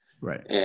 right